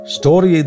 story